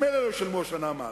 ממילא לא ישלמו השנה מס,